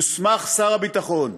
הוסמך שר הביטחון,